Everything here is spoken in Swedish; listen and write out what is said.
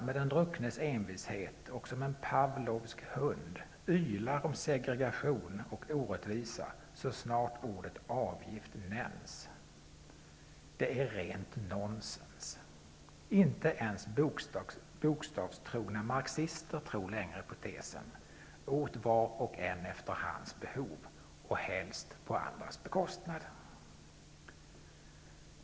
Med den drucknes envishet och som en Pavlovsk hund ylar ju Socialdemokraterna om segregation och orättvisa så snart ordet avgift nämns. Men det är rent nonsens. Inte ens bokstavstrogna marxister tror längre på följande tes: Åt var och en efter hans behov och helst på någon annans bekostnad.